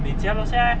the sir